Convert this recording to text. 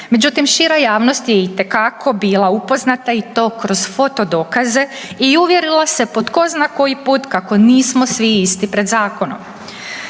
Međutim, šira javnost je itekako bila upoznata i to kroz foto dokaze i uvjerila se po tko zna koji put kako nismo svi isti pred zakonom.